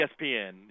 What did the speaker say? ESPN